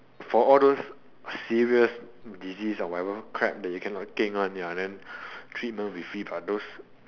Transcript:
for all those serious disease or whatever crap that you cannot keng one ya then treatment with fee for those